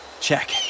Check